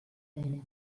leine